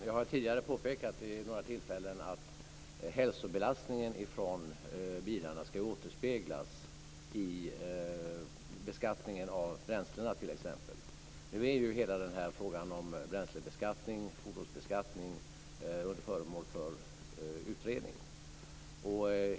Fru talman! Jag har vid några tillfällen tidigare påpekat att hälsobelastningen från bilarna skall återspeglas i beskattningen av bränslena t.ex. Nu är ju hela frågan om bränsle och fordonsbeskattning föremål för utredning.